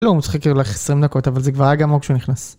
לא, הוא משחק בערך 20 דקות, אבל זה כבר היה גמור כשהוא נכנס.